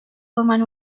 forman